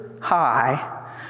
High